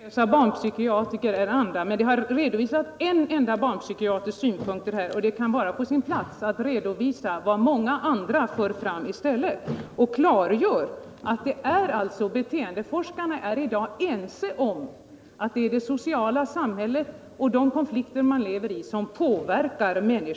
Herr talman! Jag avfärdar varken seriösa barnpsykiatriker eller andra, men det har redovisats en enda barnpsykiatrikers synpunkter här, och det kan vara på sin plats att redovisa vad många andra för fram i stället och klargöra att beteendeforskarna i dag är ense om att det är det sociala samhället och de konflikter en människa lever i som påverkar henne.